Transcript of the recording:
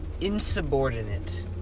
insubordinate